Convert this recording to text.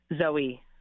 Zoe